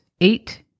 Eight